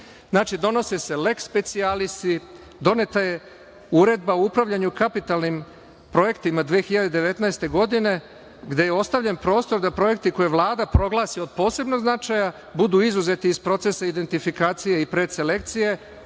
donose se lex specialis, doneta je Uredba o upravljanju kapitalnim projektima 2019. godine gde je ostavljen prostor da projekti koje Vlada proglasi od posebnog značaja budu izuzeti iz procesa indentifikacije i predselekcije,